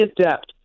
adept